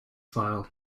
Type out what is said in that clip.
file